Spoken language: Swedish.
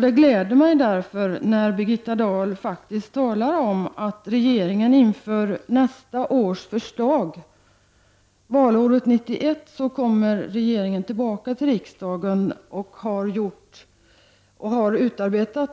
Det gläder mig därför när Birgitta Dahl faktiskt talar om att regeringen nästa år, valåret 1991, kommer att överlämna förslag till riksdagen, i vilka regeringen